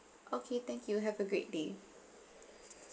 okay thank you have a great day